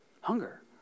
hunger